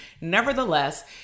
Nevertheless